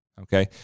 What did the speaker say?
Okay